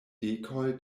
dekoj